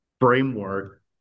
framework